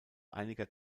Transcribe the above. einiger